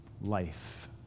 life